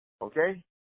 Okay